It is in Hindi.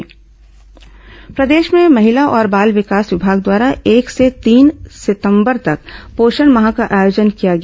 पोषण माह प्रदेश में महिला और बाल विकास विभाग द्वारा एक से तीस सितंबर तक पोषण माह का आयोजन किया गया